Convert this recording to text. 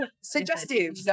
suggestive